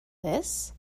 this